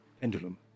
Pendulum